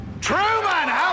Truman